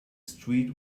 street